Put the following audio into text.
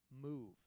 move